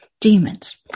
demons